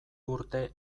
urte